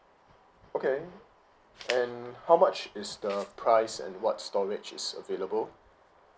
okay and how much is the price and what storage is available